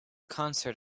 concert